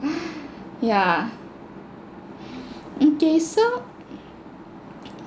yeah okay so